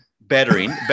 Bettering